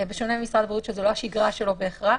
בשונה ממשרד הבריאות שזו לא השגרה שלו בהכרח,